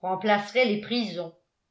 remplacerait les prisons